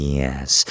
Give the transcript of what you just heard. yes